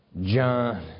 John